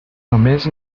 només